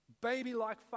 Baby-like